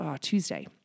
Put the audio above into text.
Tuesday